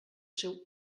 seu